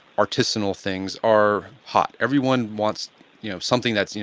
artisanal things are hot. everyone wants you know something that's,